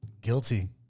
guilty